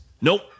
Nope